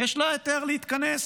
יש היתר להתכנס.